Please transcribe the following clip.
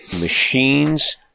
machines